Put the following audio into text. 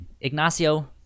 Ignacio